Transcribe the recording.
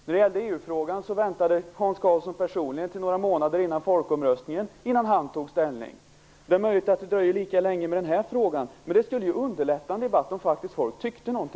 När det gällde EU-frågan väntade Hans Karlsson personligen till några månader innan folkomröstningen innan ha tog ställning. Det är möjligt att det dröjer lika länge i den här frågan, men det skulle ju underlätta en debatt om folk faktiskt tyckte något.